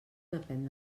depèn